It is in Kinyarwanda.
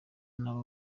nabo